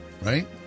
right